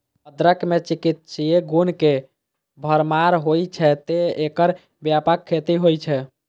अदरक मे चिकित्सीय गुण के भरमार होइ छै, तें एकर व्यापक खेती होइ छै